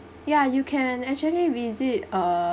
ya you can actually visit err